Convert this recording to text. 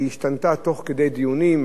והיא השתנתה תוך כדי דיונים.